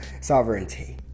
sovereignty